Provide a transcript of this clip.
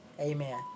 Amen